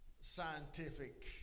scientific